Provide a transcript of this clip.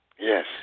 Yes